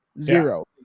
Zero